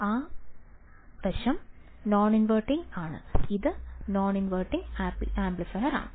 ആ വശം non inverting ആണ് ഇത് നോൺ ഇൻവെർട്ടിംഗ് ആംപ്ലിഫയറാണ്